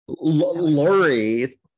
Lori